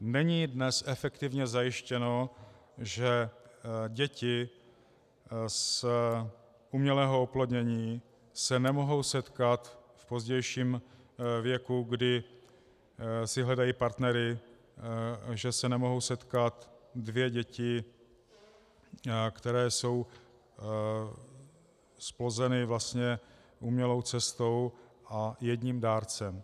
Není dnes efektivně zajištěno, že děti z umělého oplodnění se nemohou setkat v pozdějším věku, kdy si hledají partnery, že se nemohou setkat dvě děti, které jsou zplozeny vlastně umělou cestou a jedním dárcem.